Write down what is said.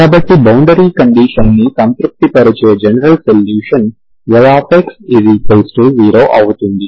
కాబట్టి బౌండరీ కండీషన్ని సంతృప్తిపరిచే జనరల్ సొల్యూషన్ yx≡0 అవుతుంది